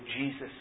Jesus